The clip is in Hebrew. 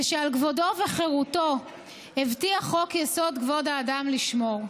ושעל כבודו וחירותו הבטיח חוק-יסוד: כבוד האדם לשמור.